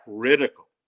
critical